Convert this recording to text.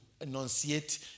enunciate